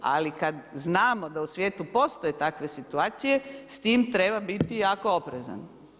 Ali kada znamo da u svijetu postoje takve situacije s time treba biti jako oprezan.